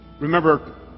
remember